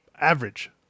average